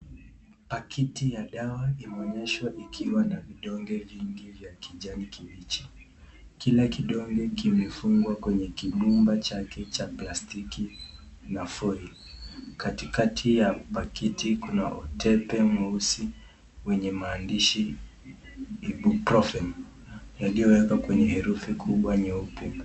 Pakiti ya dawa imeonyeshwa ikiwa na vidonge vingi ya kijani kibichi, kila kidonge kimefungwa kwenye kinyumba chake cha plastiki na foil .Katikati ya pakiti kuna utepe mweusi wenye maandishi Ibuprofen, yaliyowekwa kwenye herufi kubwa nyeupe.